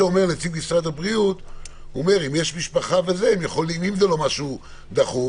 נציג משרד הבריאות אומר: אם יש משפחה אם זה לא דחוף,